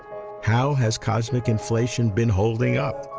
how has cosmic inflation been holding up?